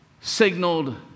signaled